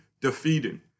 defeating